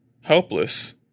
Helpless